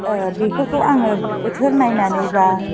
बेफोरखौ आङो बोथोर नायनानै बा